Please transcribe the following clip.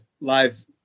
live